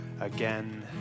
again